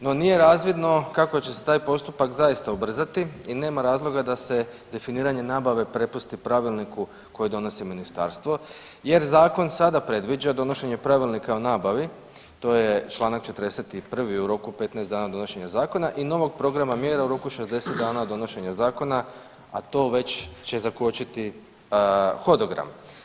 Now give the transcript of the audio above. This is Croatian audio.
No, nije razvidno kako će se taj postupak zaista ubrzati i nema razloga da se definiranje nabave prepusti pravilniku koji donosi ministarstvo jer zakon sada predviđa donošenje Pravilnika o nabavi to je Članak 41., u roku 15 dana donošenja zakona i novog programa mjera u roku 60 dana od donošenja zakona, a to već će zakočiti hodogram.